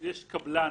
זה קבלן,